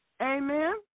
Amen